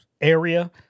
area